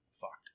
fucked